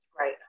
Right